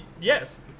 Yes